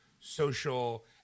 social